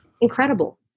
incredible